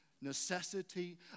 necessity